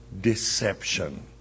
deception